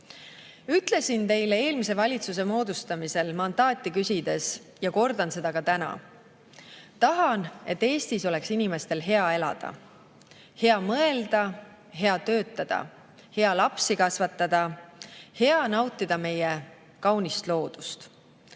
teile eelmise valitsuse moodustamisel mandaati küsides ja kordan seda ka täna: tahan, et Eestis oleks inimestel hea elada, hea mõelda, hea töötada, hea lapsi kasvatada, hea nautida meie kaunist loodust.